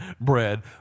bread